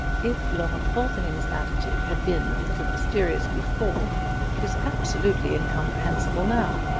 if lord porthoning's attitude had been a little mysterious before it was absolutely incomprehensible now.